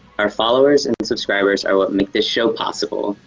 our followers and subscribers are what make this show possible.